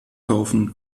kaufen